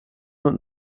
und